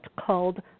called